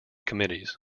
committees